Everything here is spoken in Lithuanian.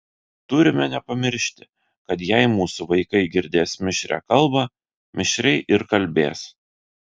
turime nepamiršti kad jei mūsų vaikai girdės mišrią kalbą mišriai ir kalbės